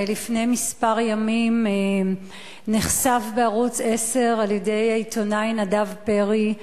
לפני כמה ימים נחשף בערוץ-10 על-ידי העיתונאי נדב פרי,